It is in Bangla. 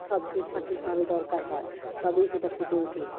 সব কিছু সঠিকভাবে দরকার হয় তবেই সেটা ফুটে ওঠে